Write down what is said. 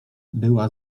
była